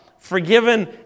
Forgiven